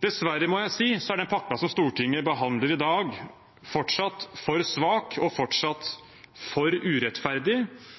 Dessverre – må jeg si – er den pakken som Stortinget behandler i dag, fortsatt for svak og for urettferdig.